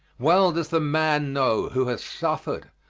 well does the man know, who has suffered,